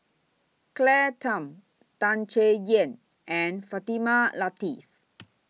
Claire Tham Tan Chay Yan and Fatimah Lateef